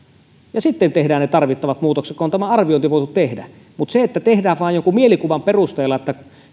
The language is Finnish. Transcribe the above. ja sitten tehdään tarvittavat muutokset kun on tämä arviointi voitu tehdä mutta kun tehdään vain jonkun mielikuvan perusteella että